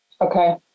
Okay